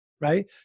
right